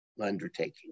undertaking